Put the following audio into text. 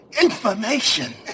information